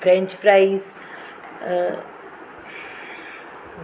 French fries a